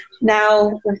now